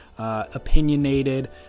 Opinionated